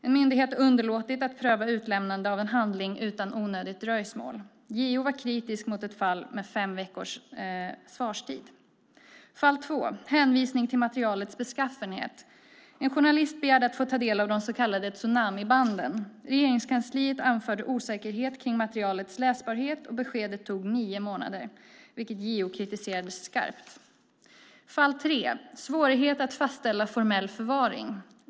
En myndighet har underlåtit att pröva utlämnande av en handling utan onödigt dröjsmål. JO var kritisk mot ett fall med fem veckors svarstid. Fall 2: hänvisning till materialets beskaffenhet. En journalist begärde att få ta del av de så kallade tsunamibanden. Regeringskansliet anförde osäkerhet kring materialets läsbarhet och beskedet tog nio månader, vilket JO kritiserade skarpt. Fall 3: svårighet att fastställa formell förvaring.